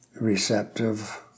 receptive